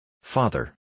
Father